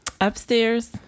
Upstairs